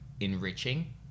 enriching